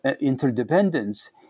interdependence